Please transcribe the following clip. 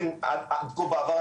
בעבר,